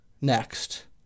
next